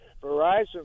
Verizon